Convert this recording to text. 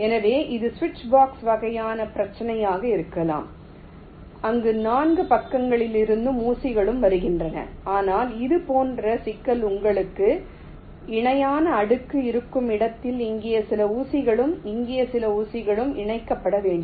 எனவே இது ஒரு சுவிட்ச் பாக்ஸ் வகையான பிரச்சினையாக இருக்கலாம் அங்கு 4 பக்கங்களிலிருந்தும் ஊசிகளும் வருகின்றன ஆனால் இது போன்ற சிக்கல் உங்களுக்கு இணையான அடுக்கு இருக்கும் இடத்தில் இங்கே சில ஊசிகளும் இங்கே சில ஊசிகளும் இணைக்கப்பட வேண்டும்